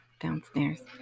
downstairs